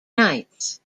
nights